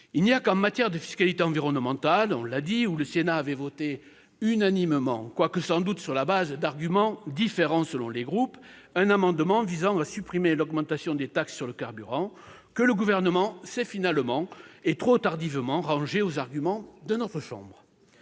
Il n'y a qu'en matière de fiscalité environnementale, où le Sénat a voté à l'unanimité, quoique sans doute sur la base d'arguments différents selon les groupes, un amendement visant à supprimer l'augmentation des taxes sur le carburant, que le Gouvernement s'est finalement- et trop tardivement -rangé aux arguments de notre assemblée.